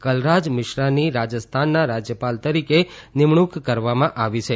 કલરાજ મિશ્રાની રાજસ્થાનના રાજ્યપાલ તરીકે નિમણુંક કરવામાં આવી છે